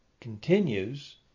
continues